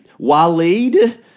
Waleed